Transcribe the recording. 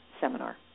seminar